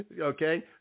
okay